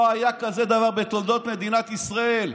לא היה כזה דבר בתולדות מדינת ישראל.